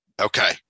Okay